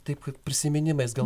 taip kad prisiminimais